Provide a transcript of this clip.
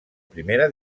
primera